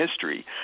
history